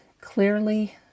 clearly